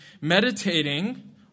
Meditating